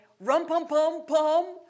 rum-pum-pum-pum